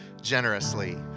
generously